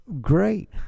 great